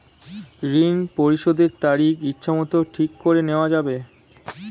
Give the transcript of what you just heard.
ঋণ পরিশোধের তারিখ ইচ্ছামত ঠিক করে নেওয়া যাবে?